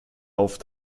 auf